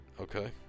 Okay